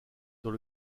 dans